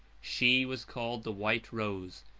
she was called the white rose,